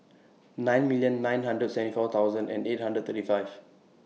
nine million nine hundred and seventy four thousand eight hundred and thirty five